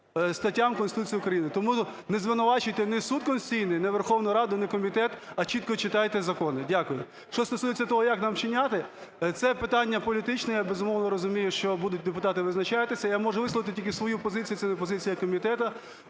статтям Конституції України. Тому не звинувачуйте ні Суд Конституційний, ні Верховну Раду, ні комітет, а чітко читайте закони. Дякую. Що стосується того, як нам вчиняти, це питання політичне, я, безумовно, розумію, що будуть депутати визначатися. Я можу висловити тільки свою позицію, це не позиція комітету.